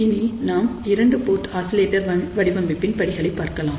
இனி நாம் 2 port oscillator வடிவமைப்பின் படிகளை பார்க்கலாம்